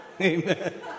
Amen